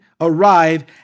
arrive